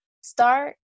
start